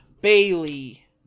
Bailey